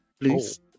please